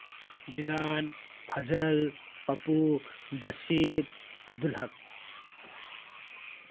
Zidan Fazal Pappu Basit Abdul Haq